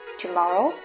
tomorrow